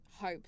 hope